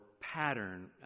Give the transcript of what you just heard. pattern